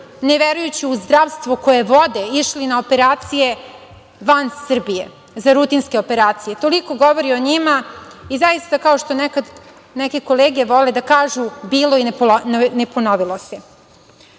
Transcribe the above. neverujući u zdravstvo koje vode, išli na operacije van Srbije, na rutinske operacije. Toliko to govori o njima i zaista kao što nekada neke kolege vole da kažu, bilo i ne ponovilo se. Još